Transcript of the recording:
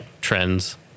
trends